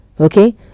Okay